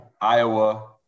Iowa